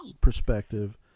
perspective